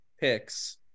picks